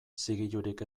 zigilurik